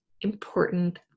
important